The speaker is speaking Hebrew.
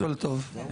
הכול טוב.